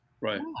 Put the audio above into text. Right